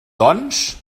doncs